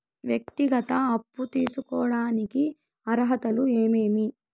వ్యక్తిగత అప్పు తీసుకోడానికి అర్హతలు ఏమేమి